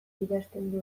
idazten